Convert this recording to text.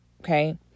okay